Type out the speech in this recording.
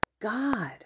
God